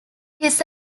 his